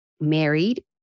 married